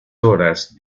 horas